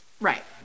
Right